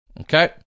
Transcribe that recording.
Okay